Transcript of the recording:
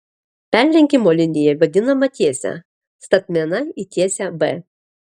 perlenkimo linija vadinama tiese statmena į tiesę b